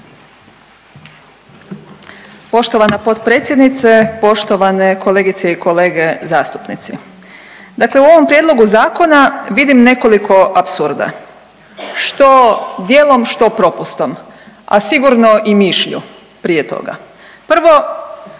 Poštovana potpredsjednice, poštovane kolegice i kolege zastupnici. Dakle u ovom Prijedlogu zakona vidim nekoliko apsurda što djelom, što propustom a sigurno i mišlju prije toga. Prvi